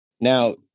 Now